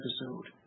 episode